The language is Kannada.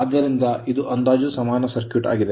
ಆದ್ದರಿಂದ ಇದು ಅಂದಾಜು ಸಮಾನ ಸರ್ಕ್ಯೂಟ್ ಆಗಿದೆ